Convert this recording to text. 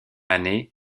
année